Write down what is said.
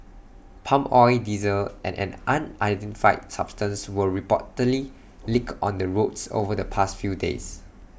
palm oil diesel and an unidentified substance were reportedly leaked on the roads over the past few days